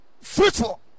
fruitful